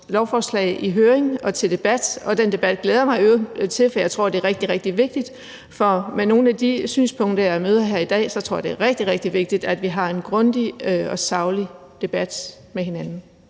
blive sendt i høring og til debat, og den debat glæder jeg mig i øvrigt til, for jeg tror ud fra nogle af de synspunkter, jeg møder her i dag, at det er rigtig, rigtig vigtigt, at vi har en grundig og saglig debat. Kl.